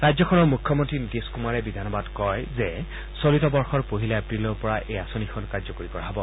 ৰাজ্যখনৰ মুখ্যমন্ত্ৰী নীতিশ কুমাৰে বিধানসভাত কয় যে চলিত বৰ্ষৰ পহিলা এপ্ৰিলৰ পৰা এই আঁচনিখন কাৰ্যকৰী কৰা হ'ব